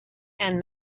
and